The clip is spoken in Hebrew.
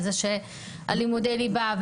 על לימודי ליבה,